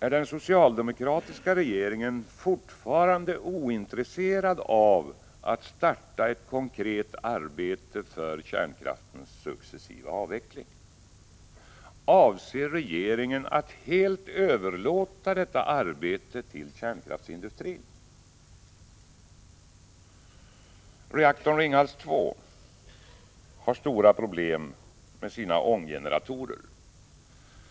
Är den socialdemokratiska regeringen fortfarande ointresserad av att starta ett konkret arbete för kärnkraftens successiva avveckling? Avser regeringen att helt överlåta detta arbete till kärnkraftsindustrin? Reaktorn Ringhals 2 har stora problem med sina ånggeneratorer.